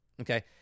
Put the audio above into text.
Okay